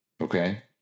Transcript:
okay